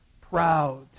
proud